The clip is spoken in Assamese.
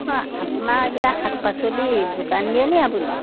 অঁ আপোনাৰ কিবা শাক পাচলিৰ দোকান দিয়ে নি আপুনি